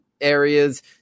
areas